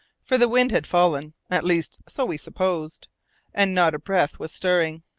for the wind had fallen at least, so we supposed and not a breath was stirring.